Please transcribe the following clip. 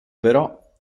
però